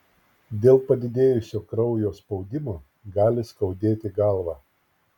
dėl padidėjusio kraujo spaudimo gali skaudėti galvą